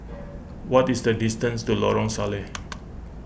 what is the distance to Lorong Salleh